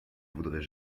voudrais